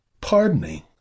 Pardoning